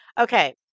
Okay